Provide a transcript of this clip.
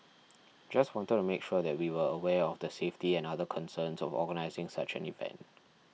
just wanted to make sure that we were aware of the safety and other concerns of organising such an event